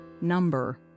number